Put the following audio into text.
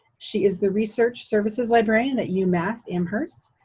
she is the research services librarian at umass amherst.